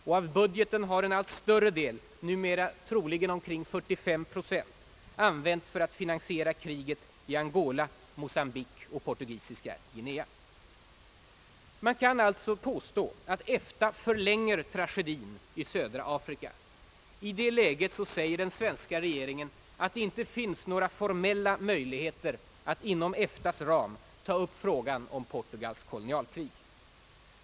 Och av budgeten har en allt större del — numera troligen omkring 45 procent — använts för att finansiera Man kan alltså påstå att EFTA förlänger tragedien i södra Afrika. I det läget säger den svenska regeringen att det inte finns några formella möjligheter att inom EFTA:s ram ta upp frågan om Portugals kolonialpolitik.